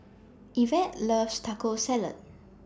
Ivette loves Taco Salad